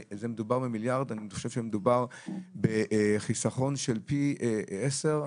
אני חושב שמדובר בחיסכון של פי עשרה,